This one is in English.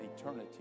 eternity